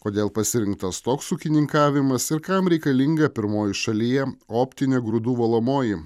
kodėl pasirinktas toks ūkininkavimas ir kam reikalinga pirmoji šalyje optinė grūdų valomoji